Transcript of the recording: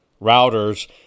routers